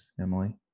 Emily